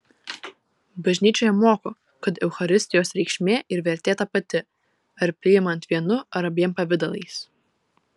bažnyčia moko kad eucharistijos reikšmė ir vertė ta pati ar priimant vienu ar abiem pavidalais